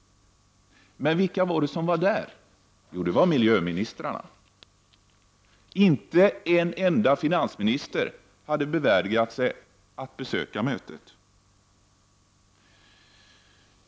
Men vilka var där? Jo, det var miljöministrarna. Inte en enda finansminister hade bevärdigat sig att besöka mötet.